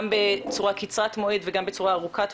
גם בצורה קצרת מועד וגם בצורה ארוכת טווח,